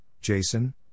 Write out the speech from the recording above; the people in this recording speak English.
Jason